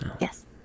Yes